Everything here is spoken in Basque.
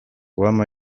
poema